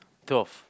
twelve